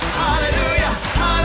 hallelujah